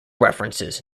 references